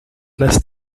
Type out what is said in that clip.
lässt